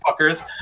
fuckers